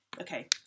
okay